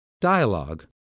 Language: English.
Dialogue